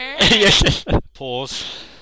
pause